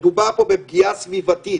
מדובר פה בפגיעה סביבתית,